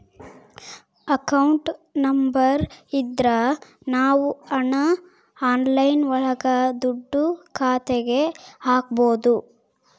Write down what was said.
account number ಇದ್ರ ನಾವ್ ಹಣ ಆನ್ಲೈನ್ ಒಳಗ ದುಡ್ಡ ಖಾತೆಗೆ ಹಕ್ಬೋದು